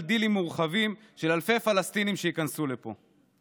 דילים מורחבים של אלפי פלסטינים שייכנסו לפה.